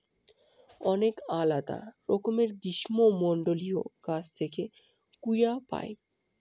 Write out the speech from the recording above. অনেক আলাদা রকমের গ্রীষ্মমন্ডলীয় গাছ থেকে কূয়া পাই